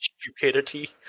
stupidity